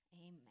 Amen